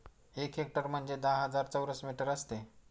एक हेक्टर म्हणजे दहा हजार चौरस मीटर असते